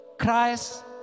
Christ